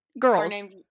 girls